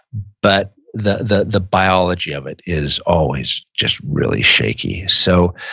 but the the the biology of it is always just really shaky. so,